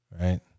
right